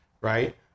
Right